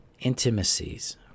intimacies